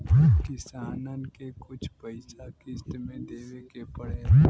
किसानन के कुछ पइसा किश्त मे देवे के पड़ेला